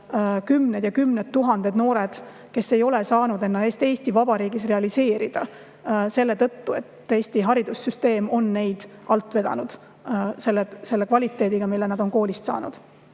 hind on kümned tuhanded noored, kes ei ole saanud ennast Eesti Vabariigis realiseerida selle tõttu, et Eesti haridussüsteem on neid alt vedanud haridusega, mille nad on koolist saanud.